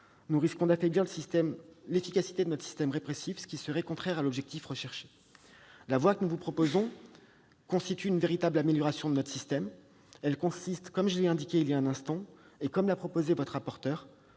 nous risquons d'affaiblir l'efficacité de notre système répressif, ce qui serait contraire à l'objectif. La voie que nous vous proposons constitue une véritable amélioration de notre système. Elle consiste, comme je l'ai indiqué il y a un instant et comme l'a proposé votre rapporteur,